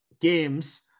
games